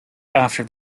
after